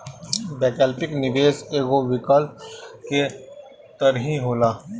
वैकल्पिक निवेश एगो विकल्प के तरही होला